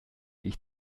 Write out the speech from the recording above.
ich